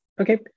Okay